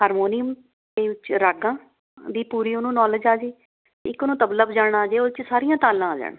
harmonium ਅਤੇ ਉੱਚ ਰਾਗਾਂ ਦੀ ਪੂਰੀ ਉਹਨੂੰ ਨੌਲੇਜ ਆ ਜਾਵੇ ਇੱਕ ਉਹਨੂੰ ਤਬਲਾ ਵਜਾਉਣਾ ਆ ਜਾਵੇ ਉਹ 'ਚ ਸਾਰੀਆਂ ਤਾਲਾਂ ਆ ਜਾਣ